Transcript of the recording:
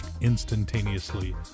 instantaneously